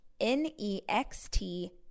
N-E-X-T